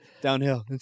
downhill